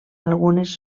algunes